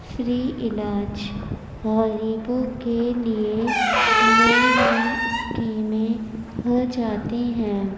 free علاج غریبوں کے لیے نئی نئی اسکیمیں ہو جاتی ہیں